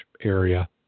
area